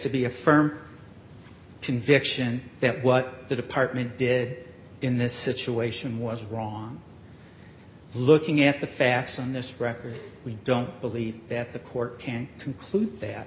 to be a firm conviction that what the department did in this situation was wrong looking at the facts in this record we don't believe that the court can conclude that